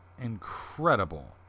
incredible